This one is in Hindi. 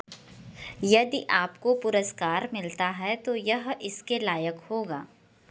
यदि आपको पुरस्कार मिलता है तो यह इसके लायक होगा